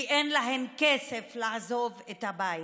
כי אין להן כסף לעזוב את הבית,